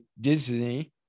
Disney